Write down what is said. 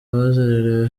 basezerewe